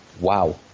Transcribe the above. wow